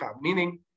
meaning